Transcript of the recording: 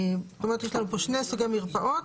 יש כאן שני סוגי מרפאות,